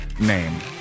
name